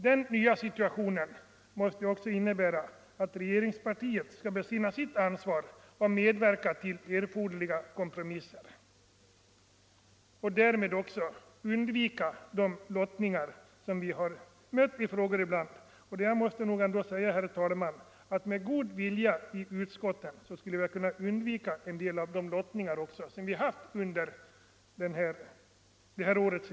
Den nya situationen måste också innebära att regeringspartiet bör besinna sitt ansvar att medverka till erforderliga kompromisser och därmed också söka undvika lottningar. Här måste jag ändå säga, herr talman, att med god vilja i utskotten skulle en del av de lottningar ha kunnat undvikas som vi har företagit under det här året.